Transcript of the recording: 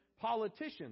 politicians